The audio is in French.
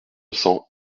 cents